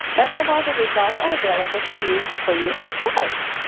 best of all the results are available to you free of charge.